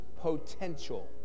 potential